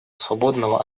свободного